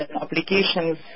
applications